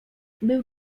był